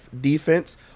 defense